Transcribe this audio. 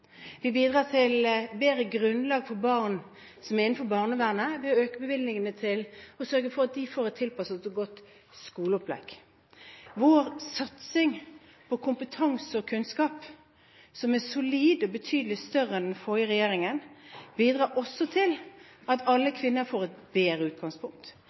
grunnlag for barn som er innenfor barnevernet, ved å øke bevilgningene og sørge for at de får et tilpasset og godt skoleopplegg. Vår satsing på kompetanse og kunnskap, som er solid og betydelig større enn den forrige regjeringens, bidrar også til at alle kvinner får et bedre utgangspunkt.